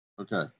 Okay